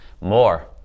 more